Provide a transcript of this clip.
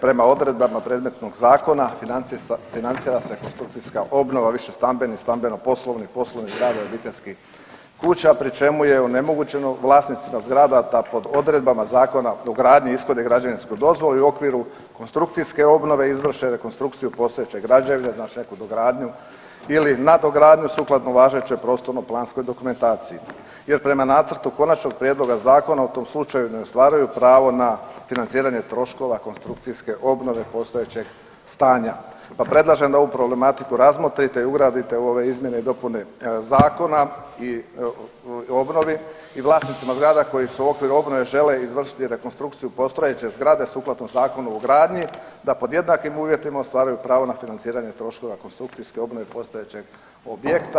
Prema odredbama predmetnog Zakona, financira se konstrukcijska obnova višestambenih, stambeno-poslovnih, poslovnih zgrada i obiteljskih kuća, pri čemu je onemogućeno vlasnicima zgrada da pod odredbama Zakona o gradnji ishode građevinsku dozvolu i u okviru konstrukcijske obnove izvrše rekonstrukciju postojeće građevine, znači neku dogradnju ili nadogradnju sukladno važećoj prostorno-planskoj dokumentaciji jer prema nacrtu Konačnog prijedloga zakona, u tom slučaju ne ostvaruju pravo na financiranje troškova konstrukcijske obnove postojećeg stanja pa predlažem da ovu problematiku razmotrite i ugradite u ove izmjene i dopune Zakona i obnovi i vlasnicima zgrada koji u okviru obnove žele izvršiti rekonstrukciju postojeće zgrade sukladno Zakonu o gradnji da pod jednakim uvjetima ostvaruju pravo na financiranje troškova konstrukcijske obnove postojećeg objekta.